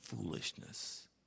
foolishness